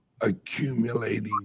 accumulating